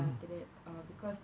after that uh because